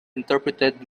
interpreted